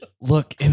Look